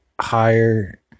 higher